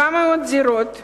700 דירות מהוות,